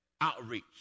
outreach